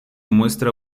muestra